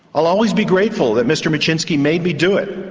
i'll always be grateful that mr micsinszki made me do it.